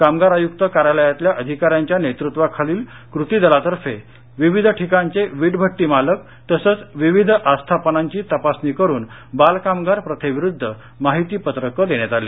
कामगार आयुक्त कार्यालयातल्या अधिकाऱ्यांच्या नेतृत्वाखालील कृतीदलातर्फे विविध ठिकाणचे वीटभट्टी मालक तसंच विविध आस्थापनांची तपासणी करुन बालकामगार प्रथेविरुध्द माहितीपत्रक देण्यात आली